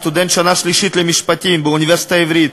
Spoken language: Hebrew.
סטודנט שנה שלישית למשפטים באוניברסיטה העברית,